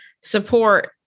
support